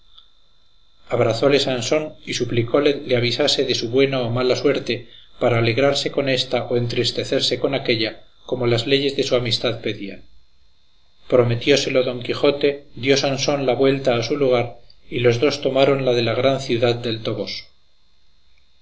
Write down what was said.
abrazóle sansón y suplicóle le avisase de su buena o mala suerte para alegrarse con ésta o entristecerse con aquélla como las leyes de su amistad pedían prometióselo don quijote dio sansón la vuelta a su lugar y los dos tomaron la de la gran ciudad del toboso